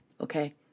okay